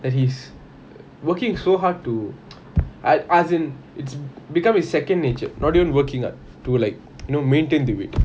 that he's working so hard to a~ as in it's become his second nature not even working out to like you know maintain the weight